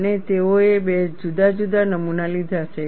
અને તેઓએ બે જુદા જુદા નમૂના લીધા છે